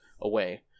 away